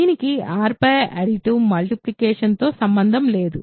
దీనికి R పై additive multiplication తో సంబంధం లేదు